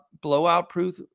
blowout-proof